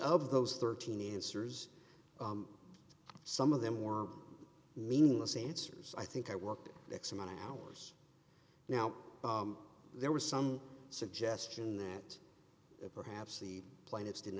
of those thirteen answers some of them were meaningless answers i think i worked x amount of hours now there was some suggestion that perhaps the plaintiffs didn't